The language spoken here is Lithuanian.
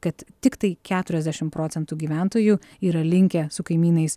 kad tiktai keturiasdešim procentų gyventojų yra linkę su kaimynais